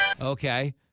Okay